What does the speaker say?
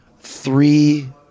three